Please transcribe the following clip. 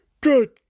Good